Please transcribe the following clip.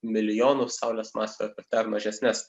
milijonų saulės masių arba dar mažesnes